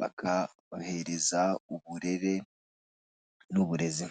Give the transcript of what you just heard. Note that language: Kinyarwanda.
bakabahereza uburere n'uburezi.